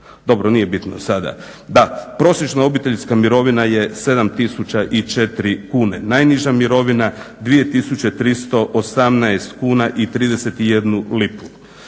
dobro nije bitno sada, da prosječna obiteljska mirovina je 7 004 kuna. Najniža mirovina 2 318,31 kuna.